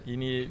Ini